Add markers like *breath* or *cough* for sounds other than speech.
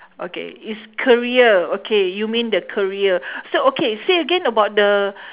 okay it's career okay you mean the career *breath* so okay say again about the